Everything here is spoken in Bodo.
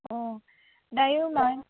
अ दायो होनबा